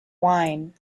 wine